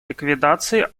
ликвидации